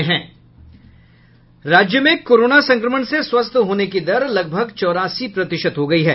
राज्य में कोरोना संक्रमण से स्वस्थ होने की दर लगभग चौरासी प्रतिशत हो गयी है